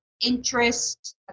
interest